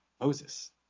Moses